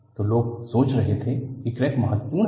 तो लोग सोच रहे थे कि क्रैक महत्वपूर्ण है